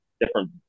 different